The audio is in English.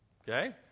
Okay